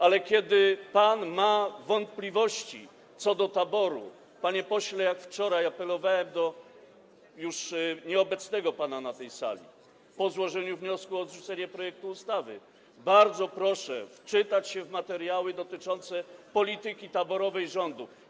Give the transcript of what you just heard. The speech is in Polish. Ale jeśli pan ma wątpliwości co do taboru, panie pośle - tak jak wczoraj apelowałem do już nieobecnego pana na tej sali, po złożeniu wniosku o odrzucenie projektu ustawy - bardzo proszę wczytać się w materiały dotyczące polityki taborowej rządu.